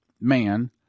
man